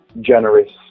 generous